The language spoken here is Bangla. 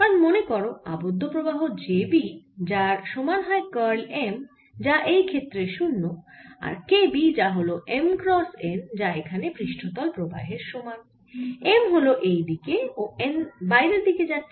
কারণ মনে করো আবদ্ধ প্রবাহ J B যার সমান হয় কার্ল M যা এই ক্ষেত্রে 0 আর K B যা হল M ক্রস n যা এখানে পৃষ্ঠতল প্রবাহের সমান M হল এই দিকে ও n বাইরের দিকে যাচ্ছে